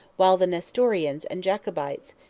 while the nestorians and jacobites,